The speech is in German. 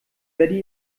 werde